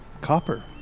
copper